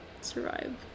survive